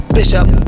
Bishop